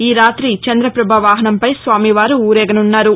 ఈ రాతి చంద్వపభ వాహనంపై స్వామివారు ఊరేగనున్నారు